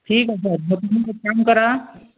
ठीक आहे सर मग तुम्ही एक काम करा